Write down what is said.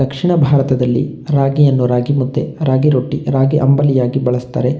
ದಕ್ಷಿಣ ಭಾರತದಲ್ಲಿ ರಾಗಿಯನ್ನು ರಾಗಿಮುದ್ದೆ, ರಾಗಿರೊಟ್ಟಿ, ರಾಗಿಅಂಬಲಿಯಾಗಿ ಬಳ್ಸತ್ತರೆ